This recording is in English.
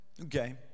okay